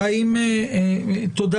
תודה.